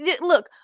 Look